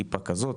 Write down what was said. וזה עם כיפה כזו,